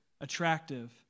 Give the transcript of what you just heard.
attractive